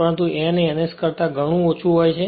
પરંતુ n એ n s કરતા ઓછું હોય છે